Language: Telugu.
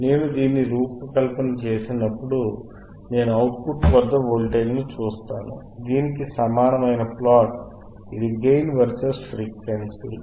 నేను దీన్ని రూపకల్పన చేసినప్పుడు నేను అవుట్ పుట్ వద్ద వోల్టేజ్ చూస్తాను దీనికి సమానమైన ప్లాట్లు ఇది గెయిన్ vs ఫ్రీక్వెన్సీ